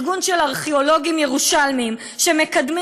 ארגון של ארכיאולוגים ירושלמים שמקדמים